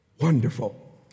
Wonderful